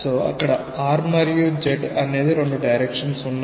so అక్కడ r మరియు z అనే రెండు డైరెక్షన్స్ ఉన్నాయి